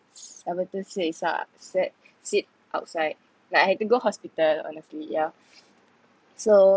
sit outside like I had to go hospital honestly yeah so